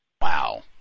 wow